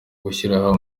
gushyira